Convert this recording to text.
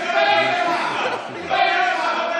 לעזה.